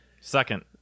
Second